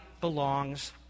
belongs